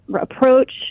approach